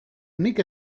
nik